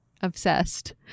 obsessed